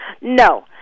No